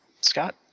Scott